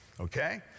Okay